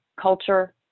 culture